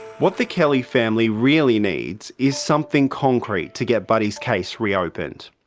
what the kelly family really needs is something concrete to get buddy's case reopened.